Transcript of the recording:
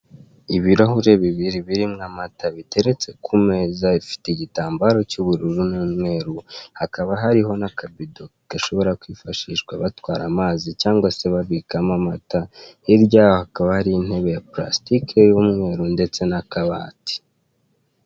Ibirahure bibiri birimo amata, biteretse ku meza ifite igitambaro cy'ubururu n'umweru. Hakaba hariho n'akavido gashobora kwifashishwa batwara amazi cyangwa se babikamo amata. Hirya yaho hakaba hari intebe ya parasitike y'umweru ndeste n'akabati.